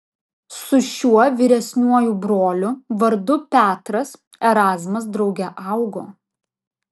su šiuo vyresniuoju broliu vardu petras erazmas drauge augo